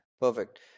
Perfect